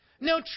No